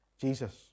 Jesus